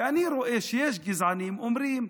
כי אני רואה שיש גזענים שאומרים: